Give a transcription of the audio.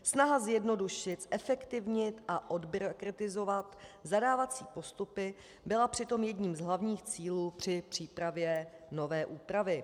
Snaha zjednodušit, zefektivnit a odbyrokratizovat zadávací postupy byla přitom jedním z hlavních cílů při přípravě nové úpravy.